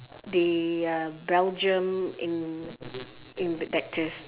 the uh belgium in in detective